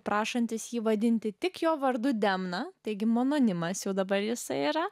prašantis jį vadinti tik jo vardu demna teigimu anonimas jau dabar jisai yra